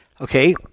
okay